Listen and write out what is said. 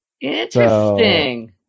Interesting